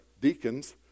deacons